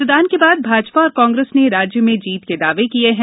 मतदान के बाद भाजपा और कांग्रेस ने राज्य में जीत के दावे किए हैं